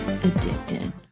Addicted